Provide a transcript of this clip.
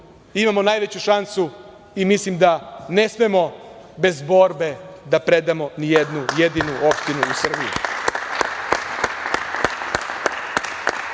imamo najveću šansu i mislim da ne smemo bez borbe da predamo nijednu jedinu opštinu u Srbiji.I